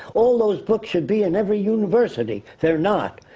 all those books should be in every university. they're not.